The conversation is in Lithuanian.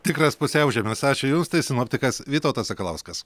tikras pusiaužiemis ačiū jums tai sinoptikas vytautas sakalauskas